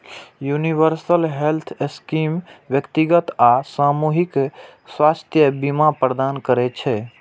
universal health scheme व्यक्तिगत आ सामूहिक स्वास्थ्य बीमा प्रदान करै छै